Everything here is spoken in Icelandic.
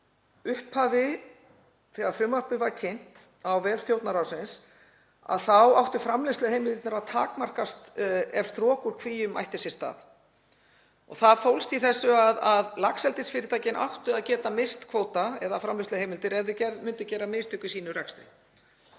Í upphafi þegar frumvarpið var kynnt á vef Stjórnarráðsins þá áttu framleiðsluheimildirnar að takmarkast ef strok úr kvíum ætti sér stað. Það fólst í þessu að laxeldisfyrirtækin áttu að geta misst kvóta eða framleiðsluheimildir ef þau gerðu mistök í sínum rekstri.